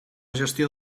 gestió